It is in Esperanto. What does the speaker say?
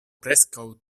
preskaŭ